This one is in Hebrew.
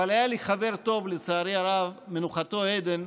אבל היה לי חבר טוב, לצערי הרב מנוחתו עדן,